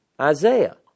Isaiah